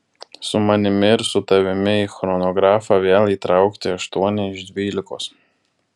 su manimi ir su tavimi į chronografą vėl įtraukti aštuoni iš dvylikos